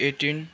eighteen